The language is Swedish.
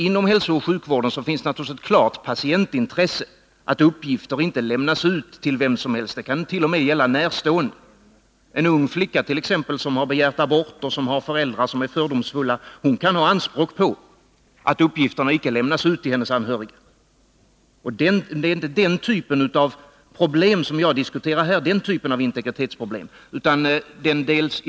Inom hälsooch sjukvården finns naturligtvis ett klart patientintresse, att uppgifter inte skall lämnas ut till vem som helst. Det kan t.o.m. gälla närstående. En ung flicka som har begärt abort och som har föräldrar som är fördomsfulla kan ha anspråk på att uppgifter om henne icke lämnas ut till hennes anhöriga. Men det är inte den typen av integritetsproblem som jag diskuterar här.